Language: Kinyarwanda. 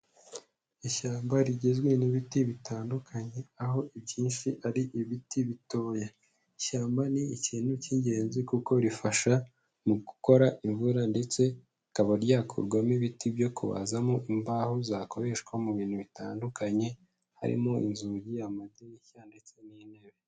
Ishyamba rigizwe n'ibiti bitandukanye, aho ibyinshi ari ibiti bitoya. Ishyamba ni ikintu cy'ingenzi kuko rifasha mu gukora imvura ndetse rikaba ryakurwamo ibiti byo kubazamo imbaho zakoreshwa mu bintu bitandukanye harimo inzugi, amadirishya ndetse n'intebe.